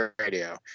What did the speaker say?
radio